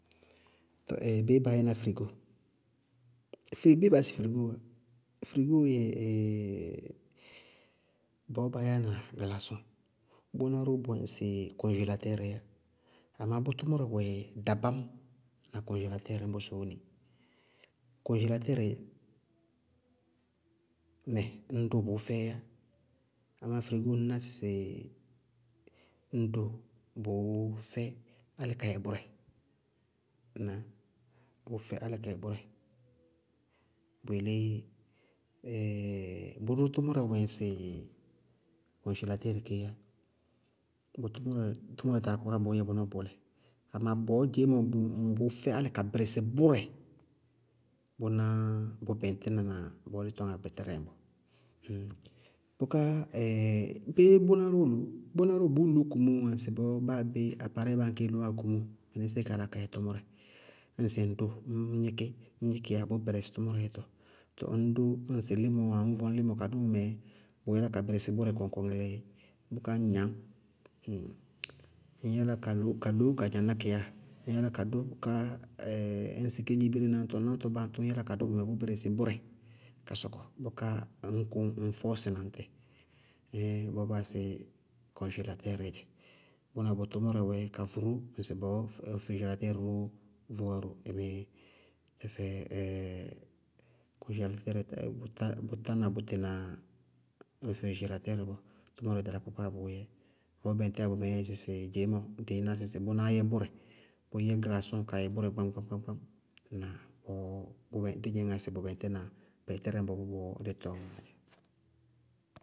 Tɔɔ béé baá yɛna frigóo? Fri- béé baá yá sɩ frigóo? Frigóo yɛ bɔɔ baa yáana glaasɔŋ bʋná ró bʋwɛ ŋsɩ kɔŋjelastɛɛrɩíyá amá bʋ tʋmʋrɛ wɛ dabáñ na kɔŋjelastɛɛrɩ ñbɔ sóóni kɔŋjelastɛɛrɩ nɛ ñŋ dʋʋ bʋʋ fɛɩyá, amá frigóo, ŋñná sɩsɩ bʋʋ fɛ álɩ kayɛ bʋrɛ, ŋnáa bʋʋ fɛ álɩ kayɛ bʋrɛ, bʋ yelé bʋró tʋmʋrɛ wɛŋsɩ kɔŋjelastɛɛrɩ kéé yaá, bʋ tʋmʋrɛ, tʋmʋrɛ darɩkpákpáá bʋʋyɛ bʋnɔɔ bʋʋlɛ. Amá bɔɔ dzeémɔ, bʋʋ-bʋʋfɛ álɩ ka bɩrɩsɩ bʋrɛ, bʋnáá bʋ bɩŋtí nana bɔɔ dí tɔñŋá gbɛtɛrɛ ñbɔ, bʋká béé bʋʋ róó loó? Bʋná róó loó kumóoó wá ŋsɩ bɔɔ báa béé apaarɛɩ báa aŋkɛɛ loó wá kumóo, mɩnísíɩ ká yálá kayɛ tʋmʋrɛ, ñŋsɩ ŋ dʋʋ, ññ gníkí, ñ gníkíyá bʋʋ bɛrɛsɩ tʋmʋrɛ yɛtɔ. Tɔɔ ŋñ dʋʋ ñŋsɩ límɔɔ wáa ŋñ yála ka vɔŋ límɔ kadʋ bʋmɛ, bʋʋ yála ka bɩrɩsɩ bʋrɛ kɔŋkɔŋɩlɩ bʋká ŋñ gnañ, ŋñ yála ka loó ka gnañŋá kɩyá, ŋñ yála ka dʋ ka ŋsɩ kedzimbire náñtɔɔ wáa, náŋtɔ báa aŋtʋ, ŋñ yála ka dʋ bʋmɛ bʋ bɩrɩsɩ bʋrɛ ka sɔkɔ bʋká ŋñ kʋñ ŋñ fɔɔsɩna ŋtɩ. Bɔɔ baa yáa sɩ kɔŋjelastɛɛrɩí dzɛ bʋná bʋ tʋmʋrɛ wɛ kavʋ ró ŋsɩbɔɔ reefrijiraatɛɛrɩ róó vʋwá ró, ɩmíɩ? Tɛfɛ kɔŋjelastɛɛrɩí, bʋtá- bʋtá na bʋtɩ na reefrijiraatɛɛrɩ bɔɔ, tʋmʋrɛ darɩkpákpáá bʋʋyɛ, bɔɔ bɛŋtíyá bʋmɛɛ dzɛ dɩíná sɩsɩ dzeémɔ, bʋnáá yɛ bʋrɛ, bʋʋyɛ glaasɔŋ kayɛ bʋrɛ gbáñ-gbáñ-gbán-gbán aaháŋ ŋnáa? Bɔɔ dí dzɩñŋá sɩ bʋ bɛŋtína gbɛtɛrɛ ñbɔ bɔbɔ dí tɔñŋá dzɛ.